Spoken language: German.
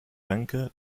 denke